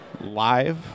live